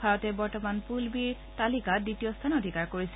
ভাৰতে বৰ্তমান পুল বি ৰ তালিকাত দ্বিতীয় স্থান অধিকাৰ কৰিছে